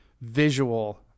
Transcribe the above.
visual